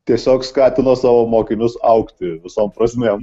tiesiog skatino savo mokinius augti visom prasmėm